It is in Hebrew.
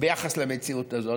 ביחס למציאות הזאת,